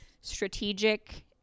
strategic